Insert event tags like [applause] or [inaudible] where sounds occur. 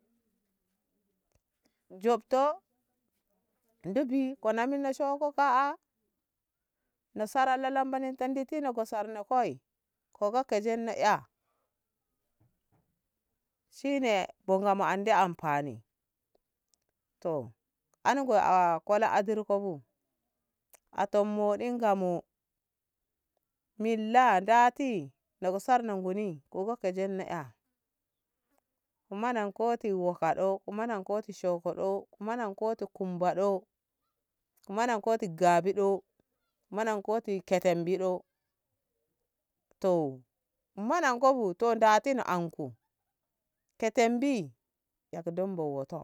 [noise] Njoto ndibi kona minno shoko ka'a nasarallalambanita nditi na go sarnako'e koga ko jeno ka'a [noise] shi ne bo Ngamo andi anfani to an go a kola adirko bu a tom moɗin Ngamo milla ndati na go sarni nguni koga ko jan na'a monankoti wokaɗo monankoti shokoɗo monankoti kumbaɗo monankoti gabiɗo monankoti ketembiɗo to mo nan ko bu to ndati na anko ketembi eka domba oto